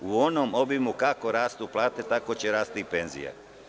U onom obimu kako rastu plate, tako će rasti i penzije.